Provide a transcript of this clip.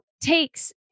takes